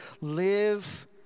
live